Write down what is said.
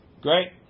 Great